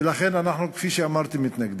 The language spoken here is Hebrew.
ולכן אנחנו, כפי שאמרתי, מתנגדים.